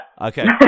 Okay